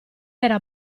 era